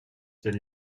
than